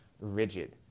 rigid